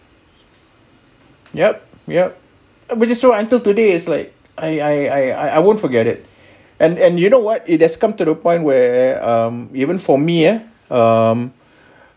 yup yup but just throw until today is like I I I I won't forget it and and you know what it has come to the point where even for me ah um